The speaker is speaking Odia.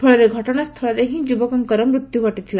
ଫଳରେ ଘଟଣାସ୍ତଳରେ ହି ଯୁବକଙ୍କର ମୃତ୍ୟ ଘଟିଥିଲା